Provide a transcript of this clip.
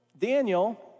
Daniel